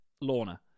Lorna